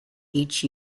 each